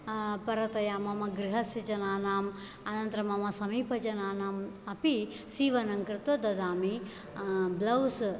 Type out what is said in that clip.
परतया मम गृहस्य जनानाम् अनन्तरं मम समीपजनानाम् अपि सीवनं कृत्वा ददामि ब्लौस्